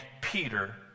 Peter